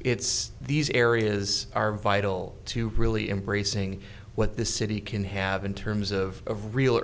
its these areas are vital to really embracing what the city can have in terms of real